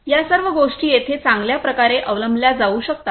या सर्व गोष्टी येथे चांगल्या प्रकारे अवलंबल्या जाऊ शकतात